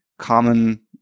common